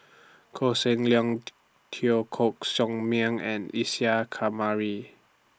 Koh Seng Leong Teo Koh Sock Miang and Isa Kamari